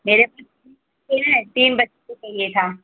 मेरे तीन बच्चे के लिए चाहिए था